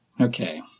Okay